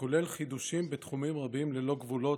הכולל חידושים בתחומים רבים ללא גבולות,